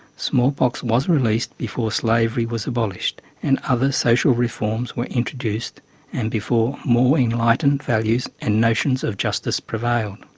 smallpox was released before slavery was abolished and other social reforms were introduced and before more enlightened values and notions of justice prevailed.